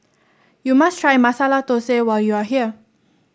you must try Masala Thosai when you are here